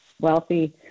wealthy